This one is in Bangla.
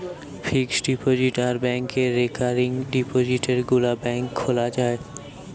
ফিক্সড ডিপোজিট আর ব্যাংকে রেকারিং ডিপোজিটে গুলা ব্যাংকে খোলা যায়